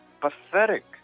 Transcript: pathetic